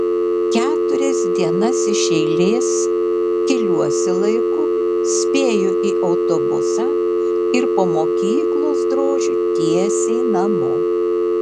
keturias dienas iš eilės keliuosi laiku spėju į autobusą ir po mokyklos drožiu tiesiai namo